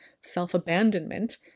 self-abandonment